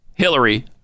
Hillary